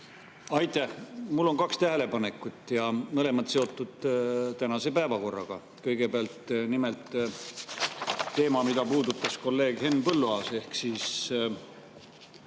Aitäh! Mul on kaks tähelepanekut ja mõlemad on seotud tänase päevakorraga. Kõigepealt teema, mida puudutas kolleeg Henn Põlluaas,